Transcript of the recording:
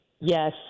Yes